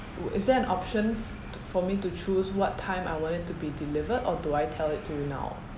is there an option t~ for me to choose what time I want it to be delivered or do I tell it to you now